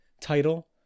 title